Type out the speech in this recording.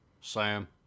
Sam